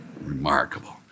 Remarkable